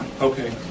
Okay